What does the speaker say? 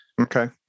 Okay